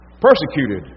persecuted